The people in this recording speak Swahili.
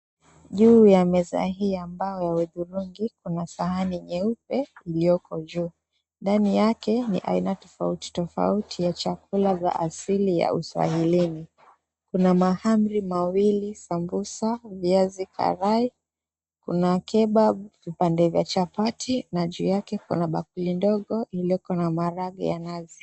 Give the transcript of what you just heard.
Juu ya meza hii ya mbao ya hudhurungi, kuna sahani jeupe iliyoko juu. Ndani yake ni aina tofauti tofauti ya chakula za asili ya uswahilini. Kuna mahamri mawili, sambusa, viazi karai. Kuna kebab , vipande vya chapati na juu yake kuna bakuli ndogo iliyoko na maharagwe ya nazi.